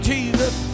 Jesus